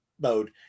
mode